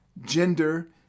gender